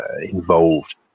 involved